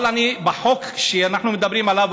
אבל אני, לחוק שאנחנו מדברים עליו,